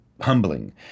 humbling